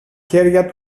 χέρια